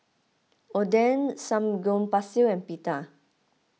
Oden Samgyeopsal and Pita